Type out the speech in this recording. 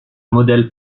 modèle